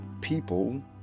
people